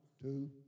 two